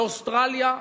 באוסטרליה,